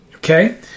Okay